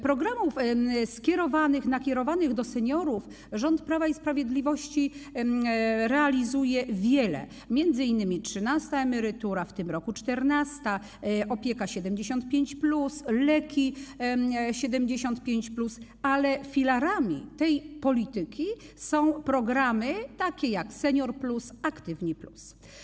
Programów skierowanych do seniorów rząd Prawa i Sprawiedliwości realizuje wiele - to m.in. trzynasta emerytura, w tym roku czternasta, „Opieka 75+”, „Leki 75+” - ale filarami tej polityki są takie programy jak „Senior+”, „Aktywni+”